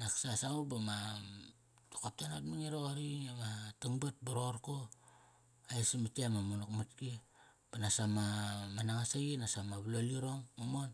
Naksa savuk ba mam tokop ta naqot ma nge roqori, ama tang bat ba roqorko. Ai samat yey ama monak matki. Ba basa ma, ma nangasaqi nasa ma valol irom nga mon.